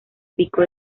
pico